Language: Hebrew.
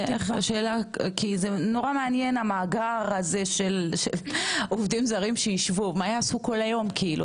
המאגר הזה מעניין של עובדים זרים שישבו - מה יעשו כל היום?